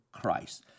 Christ